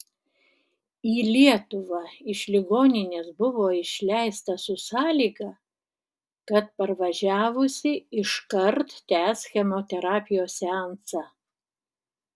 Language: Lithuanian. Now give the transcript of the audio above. į lietuvą iš ligoninės buvo išleista su sąlyga kad parvažiavusi iškart tęs chemoterapijos seansą